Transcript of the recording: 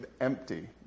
empty